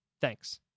Thanks